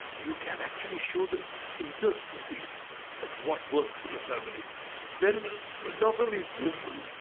you can actually show the interstices of what works in the family then not only desmond's,